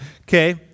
Okay